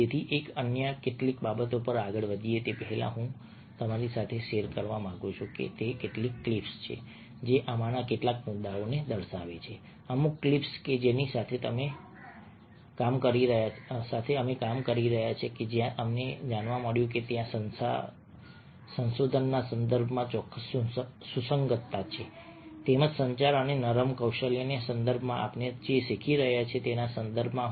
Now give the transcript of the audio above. તેથી અમે અન્ય કેટલીક બાબતો પર આગળ વધીએ તે પહેલાં જે હું તમારી સાથે શેર કરવા માંગુ છું તે કેટલીક ક્લિપ્સ છે જે આમાંના કેટલાક મુદ્દાઓને દર્શાવે છે અમુક ક્લિપ્સ કે જેની સાથે અમે કામ કરી રહ્યા છીએ અને જ્યાં અમને જાણવા મળ્યું છે કે ત્યાં સંશોધનના સંદર્ભમાં ચોક્કસ સુસંગતતા છે તેમજ સંચાર અને નરમ કૌશલ્યના સંદર્ભમાં આપણે જે શીખી રહ્યા છીએ તેના સંદર્ભમાં